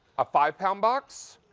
ah five pound box,